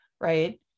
right